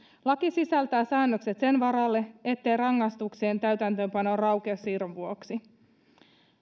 laki sisältää säännökset sen varalle ettei rangaistuksien täytäntöönpano raukea siirron vuoksi